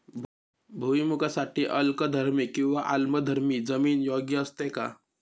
भुईमूगासाठी अल्कधर्मी किंवा आम्लधर्मी जमीन योग्य असते का?